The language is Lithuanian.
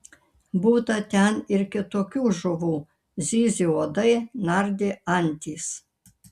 būta ten ir kitokių žuvų zyzė uodai nardė antys